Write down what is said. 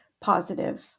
positive